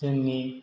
जोंनि